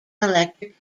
electric